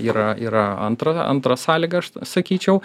yra yra antra antra sąlyga aš sakyčiau